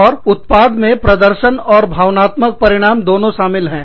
और उत्पाद में दोनों प्रदर्शन और भावनात्मक परिणाम दोनों शामिल है